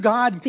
God